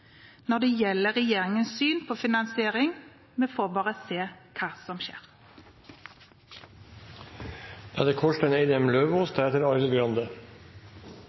når det gjelder regjeringens syn på finansiering – vi får bare «se hva som skjer». Jeg tror at de som følger debatten, lurer litt, for det